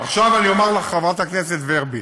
עכשיו אני אומר לך, חברת הכנסת ורבין,